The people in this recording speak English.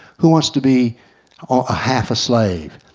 who wants to be a half-slave?